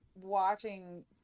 watching